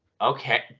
Okay